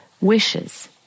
wishes